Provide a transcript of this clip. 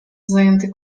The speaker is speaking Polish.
zajęty